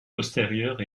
postérieures